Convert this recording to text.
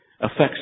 affects